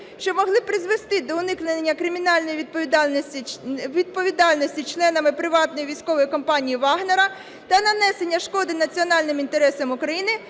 що могли призвести до уникнення кримінальної відповідальності членами "приватної військової компанії Вагнера" та нанесення шкоди національним інтересам України,